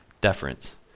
deference